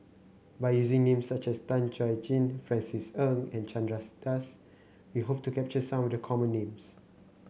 by using names such as Tan Chuan Jin Francis Ng and Chandra Das we hope to capture some of the common names